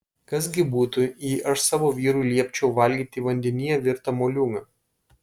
kas gi būtų jei aš savo vyrui liepčiau valgyti vandenyje virtą moliūgą